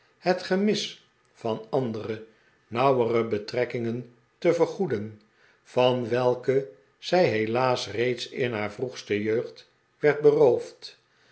het gemis van andere nauwere betrekkingen te vergoeden van welke zij helaas reeds in haar vroegste jeugd werd beroofd